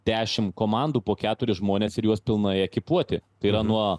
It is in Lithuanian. dešim komandų po keturis žmones ir juos pilnai ekipuoti tai yra nuo